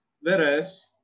Whereas